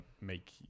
make